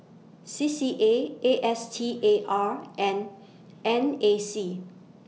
C C A A S T A R and N A C